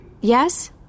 Yes